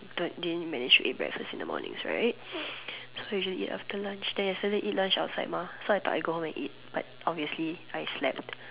but didn't manage to eat breakfast in the mornings right so usually eat after lunch then yesterday eat lunch outside mah so I thought I go home and eat but obviously I slept